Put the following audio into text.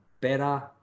better